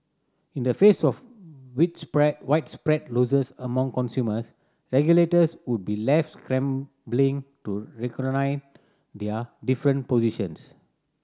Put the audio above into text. in the face of widespread losses among consumers regulators would be left scrambling to their different positions